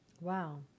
Wow